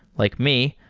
like me,